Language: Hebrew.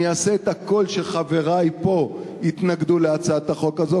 אני אעשה את הכול כדי שחברי פה יתנגדו להצעת החוק הזאת.